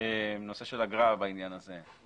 נושא של אגרה בעניין הזה.